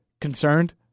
concerned